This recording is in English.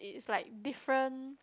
it's like different